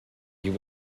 you